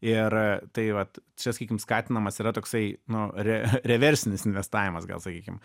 ir tai vat čia sakykim skatinamas yra toksai nu re reversinis investavimas gal sakykim